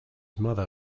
mother